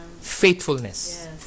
faithfulness